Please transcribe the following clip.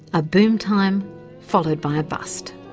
a boom-time followed by a bust.